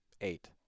eight